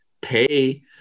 pay